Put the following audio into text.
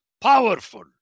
powerful